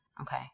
Okay